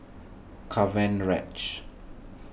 Cavenareach